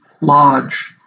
lodge